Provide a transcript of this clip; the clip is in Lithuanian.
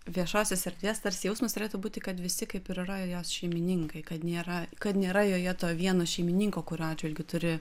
viešosios erdvės tarsi jausmas turėtų būti kad visi kaip ir yra jos šeimininkai kad nėra kad nėra joje to vieno šeimininko kurio atžvilgiu turi